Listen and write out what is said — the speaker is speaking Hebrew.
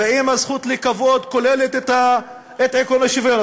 ואם הזכות לכבוד כוללת את עקרון השוויון,